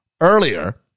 earlier